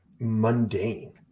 mundane